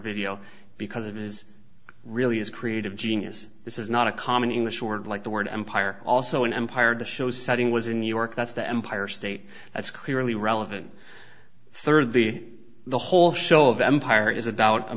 video because it is really his creative genius this is not a common in the short like the word empire also an empire the show's setting was in new york that's the empire state that's clearly relevant third the the whole show of empire is about